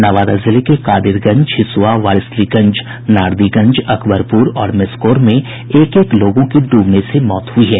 नवादा जिले के कादिरगंज हिसुआ वारिसलीगंज नारदीगंज अकबरपुर और मेसकोर में एक एक लोगों की डूबने से मौत हुई है